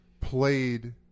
played